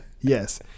yes